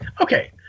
Okay